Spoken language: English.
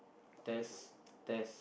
test test